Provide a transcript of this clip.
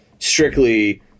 Strictly